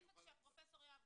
אני אוכל --- פרופ' יהב,